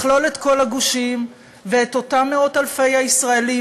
לכלול את כל הגושים ואת אותם מאות-אלפי הישראלים